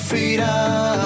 Freedom